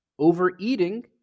overeating